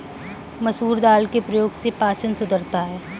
मसूर दाल के प्रयोग से पाचन सुधरता है